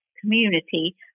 community